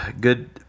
Good